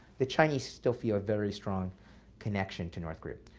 the chinese still feel a very strong connection to north korea.